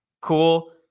cool